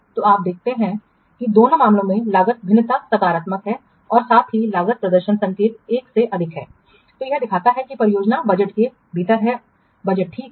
तो आप देखते हैं कि दोनों मामलों में लागत भिन्नता सकारात्मक है और साथ ही लागत प्रदर्शन संकेतक 1 से अधिक है तो यह दिखाता है कि परियोजना बजट के भीतर है बजट ठीक है